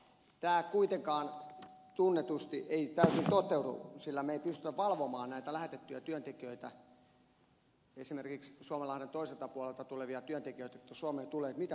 tämä kuitenkaan tunnetusti ei täysin toteudu sillä me emme pysty valvomaan näitä lähetettyjä työntekijöitä esimerkiksi suomenlahden toiselta puolelta tulevia työntekijöitä jotka suomeen tulevat sitä mitä palkkaa heille maksetaan